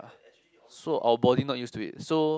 so our body not used to it so